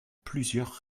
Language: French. plusieurs